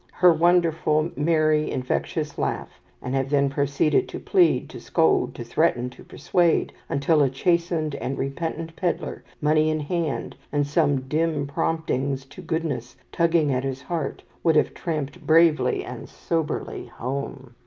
her wonderful, merry, infectious laugh and have then proceeded to plead, to scold, to threaten, to persuade, until a chastened and repentant pedlar, money in hand, and some dim promptings to goodness tugging at his heart, would have tramped bravely and soberly home.